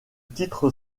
titre